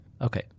Okay